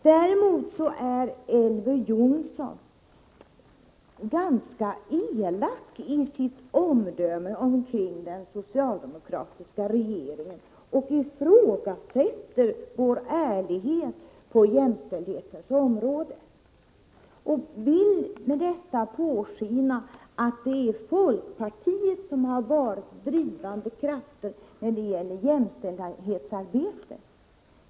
Däremot är Elver Jonsson ganska elak i sitt omdöme om den socialdemokratiska regeringen och ifrågasätter vår ärlighet på jämställdhetens område. Han vill påskina att det är folkpartiet som varit den drivande kraften när det gäller jämställdhetsarbetet.